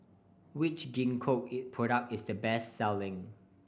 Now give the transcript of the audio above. which Gingko is product is the best selling